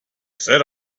set